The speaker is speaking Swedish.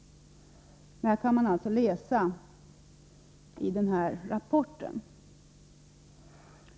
Detta kan man läsa i nämnda rapport.